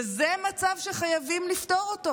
וזה מצב שחייבים לפתור אותו.